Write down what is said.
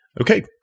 Okay